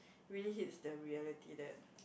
really hits the reality that